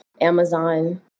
Amazon